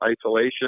isolation